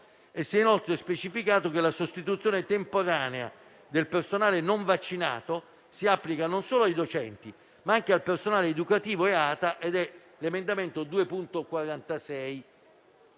specificato che la sostituzione temporanea del personale non vaccinato si applica non solo ai docenti, ma anche al personale educativo e ATA (emendamento 2.46).